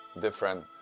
different